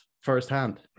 firsthand